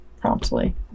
promptly